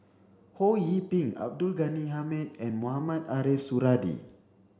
Ho Yee Ping Abdul Ghani Hamid and Mohamed Ariff Suradi